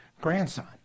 grandson